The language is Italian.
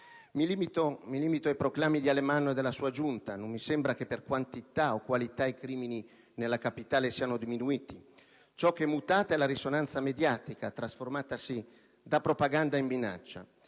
Mi limito ai proclami di Alemanno e della sua Giunta: non mi sembra che per quantità o qualità i crimini nella capitale siano diminuiti: ciò che è mutata è la risonanza mediatica, trasformatasi da propaganda in minaccia.